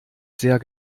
sehr